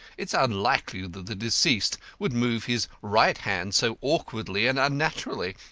it is unlikely that the deceased would move his right hand so awkwardly and unnaturally,